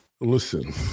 Listen